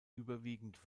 überwiegend